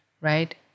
right